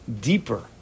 deeper